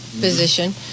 position